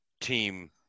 team